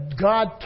God